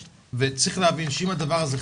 צריך להבין שאם הדבר הזה,